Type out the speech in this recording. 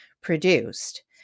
produced